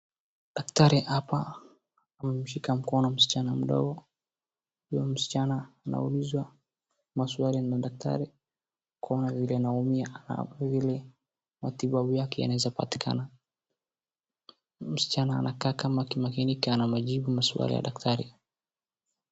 Daktari hapa amemshika mkono msichana mdogo. Huyo msichana anaulizwa maswali na daktari kuona vile anaumiana au vile matibabu yake yanaweza patikana. Msichana anakaa kama akimakinika na majibu ya maswali ya daktari.